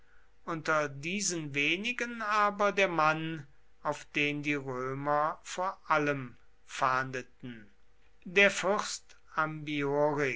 unter diesen wenigen aber der mann auf den die römer vor allem fahndeten der fürst